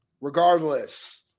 regardless